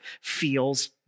feels